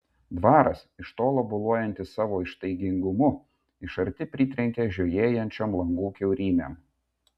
dvaras iš tolo boluojantis savo ištaigingumu iš arti pritrenkia žiojėjančiom langų kiaurymėm